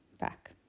back